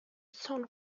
song